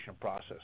process